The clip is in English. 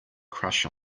crush